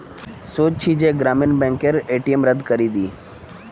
सोच छि जे ग्रामीण बैंकेर ए.टी.एम रद्द करवइ दी